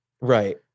right